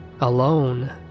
alone